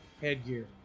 headgear